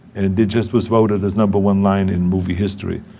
and it just was voted as number one line in movie history.